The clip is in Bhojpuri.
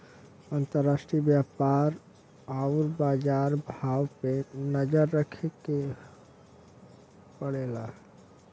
अंतराष्ट्रीय व्यापार आउर बाजार भाव पे नजर रखे के पड़ला